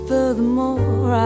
Furthermore